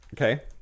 okay